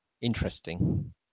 interesting